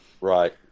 right